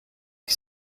ich